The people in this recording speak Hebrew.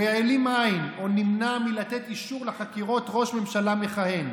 הוא העלים עין או נמנע מלתת אישור לחקירות ראש ממשלה מכהן.